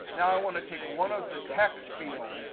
now, i want to take one of the text fields.